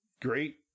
great